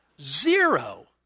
zero